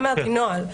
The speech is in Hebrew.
אמרתי, נוהל.